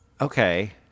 Okay